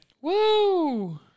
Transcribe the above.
Woo